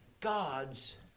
God's